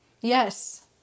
Yes